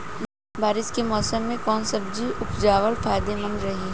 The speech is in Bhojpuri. बारिश के मौषम मे कौन सब्जी उपजावल फायदेमंद रही?